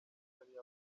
ariyo